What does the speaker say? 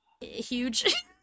huge